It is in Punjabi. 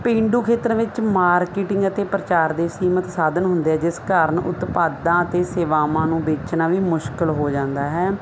ਪੇਂਡੂ ਖੇਤਰ ਵਿੱਚ ਮਾਰਕੀਟਿੰਗ ਅਤੇ ਪ੍ਰਚਾਰ ਦੇ ਸੀਮਤ ਸਾਧਨ ਹੁੰਦੇ ਆ ਜਿਸ ਕਾਰਨ ਉਤਪਾਦਾਂ ਅਤੇ ਸੇਵਾਵਾਂ ਨੂੰ ਵੇਚਣਾ ਵੀ ਮੁਸ਼ਕਿਲ ਹੋ ਜਾਂਦਾ ਹੈ